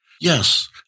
Yes